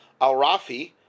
al-Rafi